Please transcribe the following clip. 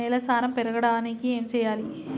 నేల సారం పెరగడానికి ఏం చేయాలి?